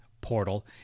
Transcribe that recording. portal